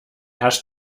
hast